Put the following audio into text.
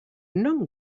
non